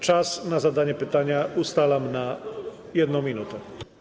Czas na zadanie pytania ustalam na 1 minutę.